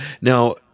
Now